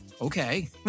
okay